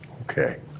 Okay